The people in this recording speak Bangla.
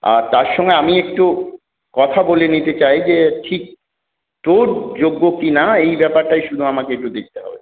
আর তার সঙ্গে আমি একটু কথা বলে নিতে চাই যে ঠিক তোর যোগ্য কি না এই ব্যাপারটাই শুধু আমাকে একটু দেখতে হবে